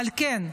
אבל כן,